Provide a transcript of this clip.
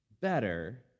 better